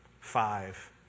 five